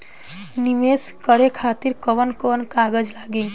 नीवेश करे खातिर कवन कवन कागज लागि?